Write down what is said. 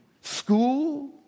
School